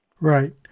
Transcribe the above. Right